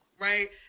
Right